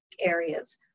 areas